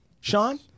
Sean